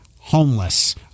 homeless